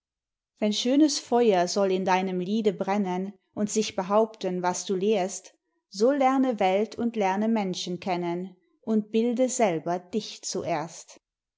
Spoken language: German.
wenn schönes feuer soll in deinem liede brennen und sich behaupten was du lehrst so lerne welt und lerne menschen kennen und bilde selber dich zuerst